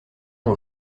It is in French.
mon